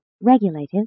regulative